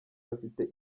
bafite